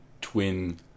twin